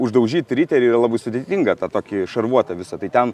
uždaužyti riterį yra labai sudėtinga tą tokį šarvuotą visą tai ten